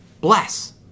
bless